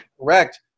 correct